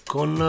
Con